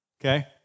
Okay